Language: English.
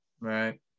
right